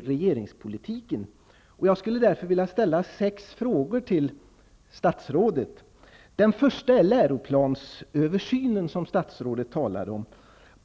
regeringspolitiken. Jag skulle därför vilja ställa sex frågor till statsrådet. Den första gäller läroplansöversynen, som statsrådet talar om.